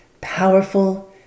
Powerful